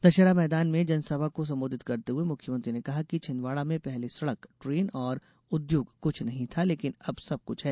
दशहरा मैदान में जनसभा को संबोधित करते हुए मुख्यमंत्री ने कहा कि छिदवाडा में पहले सड़क ट्रेन और उद्योग कुछ नहीं था लेकिन अब सब कुछ है